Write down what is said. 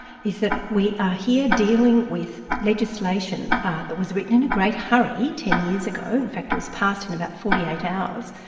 is that we are here dealing with legislation ah that was written in a great hurry ten years ago, in fact, it was passed in about forty eight hours,